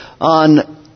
on